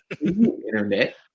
Internet